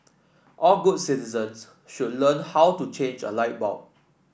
all good citizens should learn how to change a light bulb